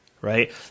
right